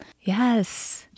yes